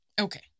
Okay